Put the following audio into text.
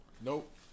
Nope